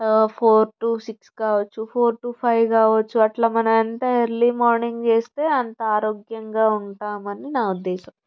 four to six కావచ్చు four to five కావచ్చు అట్లా మనం ఎంత ఎర్లీ మార్నింగ్ చేస్తే అంత ఆరోగ్యంగా ఉంటామని నా ఉద్దేశం